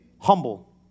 Humble